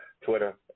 Twitter